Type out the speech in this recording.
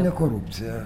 ne korupcija